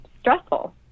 stressful